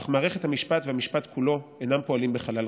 אך מערכת המשפט והמשפט כולו אינם פועלים בחלל ריק.